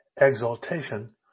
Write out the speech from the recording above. exaltation